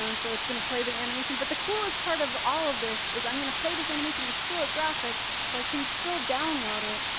so so it's gonna play the animation. but the coolest part of all of this is i'm gonna play this animation. it's still a graphic. so i can still download it.